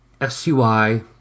S-U-I